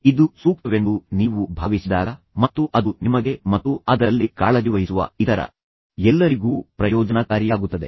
ಇದು ಸೂಕ್ತವೆಂದು ನೀವು ಭಾವಿಸಿದಾಗ ಮತ್ತು ಅದು ನಿಮಗೆ ಮತ್ತು ಅದರಲ್ಲಿ ಕಾಳಜಿವಹಿಸುವ ಇತರ ಎಲ್ಲರಿಗೂ ಪ್ರಯೋಜನಕಾರಿಯಾಗುತ್ತದೆ